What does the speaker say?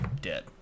dead